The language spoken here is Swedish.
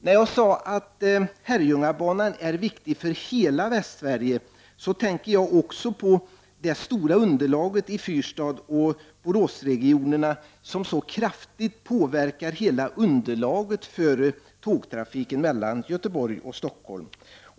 När jag säger att Herrljungabanan är viktig för hela Västsverige, tänker jag också på det stora underlaget i fyrstadsoch Boråsregionerna som så kraftigt påverkar hela underlaget för tågtrafiken mellan Göteborg och Stockholm.